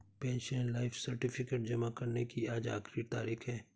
pensioner life certificate जमा करने की आज आखिरी तारीख है